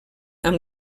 amb